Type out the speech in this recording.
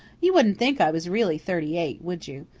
you wouldn't think i was really thirty-eight, would you?